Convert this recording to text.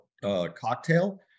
cocktail